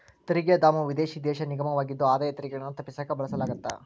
ತೆರಿಗೆ ಧಾಮವು ವಿದೇಶಿ ದೇಶ ನಿಗಮವಾಗಿದ್ದು ಆದಾಯ ತೆರಿಗೆಗಳನ್ನ ತಪ್ಪಿಸಕ ಬಳಸಲಾಗತ್ತ